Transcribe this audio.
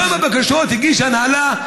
כמה בקשות הגישה ההנהלה,